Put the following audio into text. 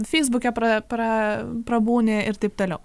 feisbuke pra pra prabūni ir taip toliau